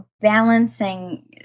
balancing